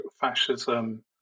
fascism